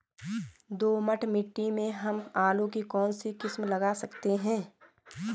दोमट मिट्टी में हम आलू की कौन सी किस्म लगा सकते हैं?